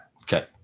Okay